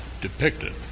depicted